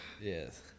Yes